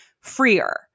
freer